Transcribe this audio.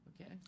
Okay